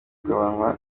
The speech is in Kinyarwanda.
kugabanywa